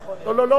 לא לא לא,